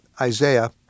Isaiah